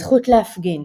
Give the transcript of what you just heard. הזכות להפגין